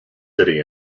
city